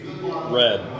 Red